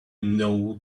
know